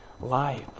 life